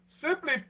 simply